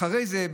אחרי זה,